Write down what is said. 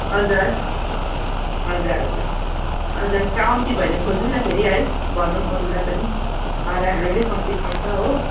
हजुर हजुर हजुर हजुर कम्ती भयो भने खोजौँ न फेरि है भनौँ अरूलाई पनि भाडाहरू अलिक कम्ती पर्छ हो